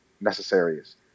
necessaries